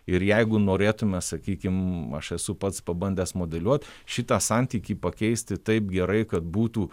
ir jeigu norėtume sakykim aš esu pats pabandęs modeliuot šitą santykį pakeisti taip gerai kad būtų